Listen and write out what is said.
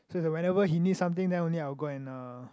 so is like whenever he needs something then only I will go and uh